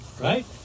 right